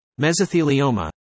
Mesothelioma